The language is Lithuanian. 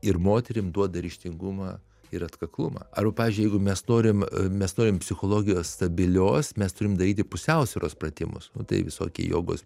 ir moterim duoda ryžtingumą ir atkaklumą arba pavyzdžiui jeigu mes norim mes norim psichologijos stabilios mes turim daryti pusiausvyros pratimus nu tai visokie jogos